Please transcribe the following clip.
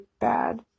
bad